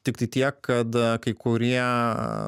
tiktai tiek kad kai kurie